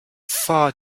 far